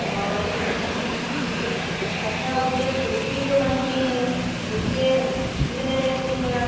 और अच्छा उसमें फिरती जो बनती है उसके कितने लेती हैं आप